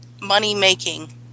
money-making